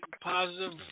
positive